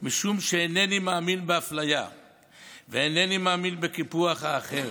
משום שאינני מאמין באפליה ואינני מאמין בקיפוח האחר.